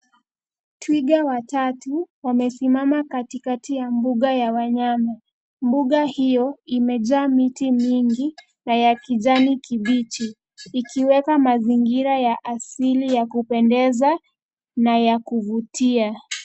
Twiga watatu wamesimama katikati ya mbunga ya wanyama. Mbunga hiyo, imejaa miti mingi na ya kijani kibichi, ikiweka mazingira ya asili ya kupendeza, na ya kuvutia.